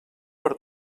per